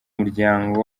muryango